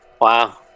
Wow